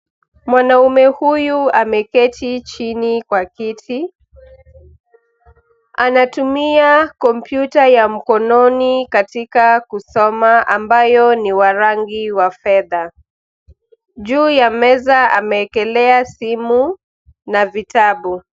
Mwanaume huyu ameketi chini kwa kiti. Anatumia kompyuta ya mkononi katika kusoma ambayo ni wa rangi wa fedha. Juu ya meza amewekelea simu na vitabu.